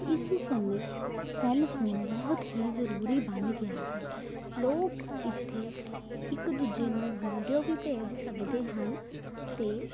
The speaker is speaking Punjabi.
ਇਸ ਸਮੇਂ ਸੈੱਲਫ਼ੋਨ ਬਹੁਤ ਹੀ ਜ਼ਰੂਰੀ ਬਣ ਗਿਆ ਹੈ ਲੋਕ ਇੱਥੇ ਇੱਕ ਦੂਜੇ ਨੂੰ ਵੀਡੀਓ ਵੀ ਭੇਜ ਸਕਦੇ ਹਨ ਅਤੇ